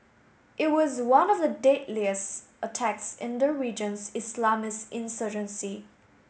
it was one of the deadliest attacks in the region's Islamist insurgency